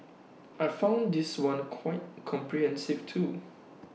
I found this one quite comprehensive too